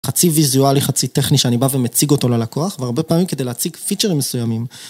חצי ויזואלי, חצי טכני שאני בא ומציג אותו ללקוח, והרבה פעמים כדי להציג פיצ'רים מסוימים.